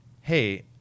hey